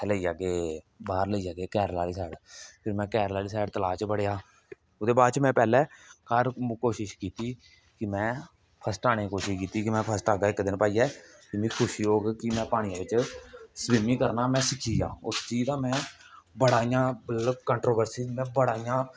लेई जाह्गे बाहर लेई जाह्गे केरला आहली साइड फिर में केरला आहली साइड तला च बड़ेआ ओहदे बाद च में पहले घार कोशिश कीती कि में फस्ट आने दी कोशिश कीती कि में फस्ट आगा इक दिन भाई ते मिगी खुशी होग कि में पानी च स्बिमिंग करना में कोचिंग दा बड़ा में इयां कन्ट्रोबर्सी बड़ा इयां